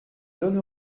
donne